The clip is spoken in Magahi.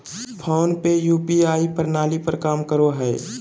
फ़ोन पे यू.पी.आई प्रणाली पर काम करो हय